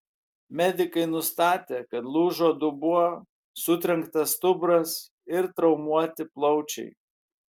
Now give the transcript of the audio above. medikai nustatė kad lūžo dubuo sutrenktas stuburas ir traumuoti plaučiai